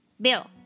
Bill